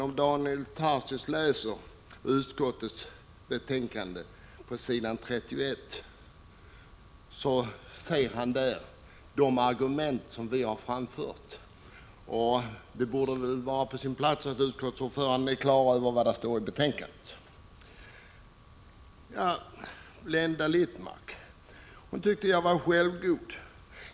Om Daniel Tarschys läser s. 31 i utskottsbetänkandet så ser han de argument som vi har framfört. Det borde väl vara på sin plats att utskottets ordförande är på det klara med vad som står i betänkandet. Blenda Littmarck tyckte att jag var självgod.